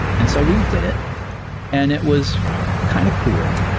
and so we did it and it was kind of cool.